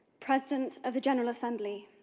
president of the general assembly,